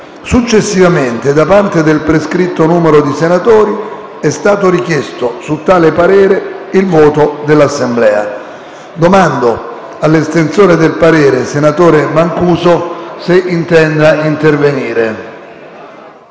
Successivamente, da parte del prescritto numero di senatori, è stato richiesto su tale parere il voto dell'Assemblea. Poiché l'estensore del parere, senatore Mancuso, non intende intervenire,